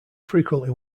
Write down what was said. frequently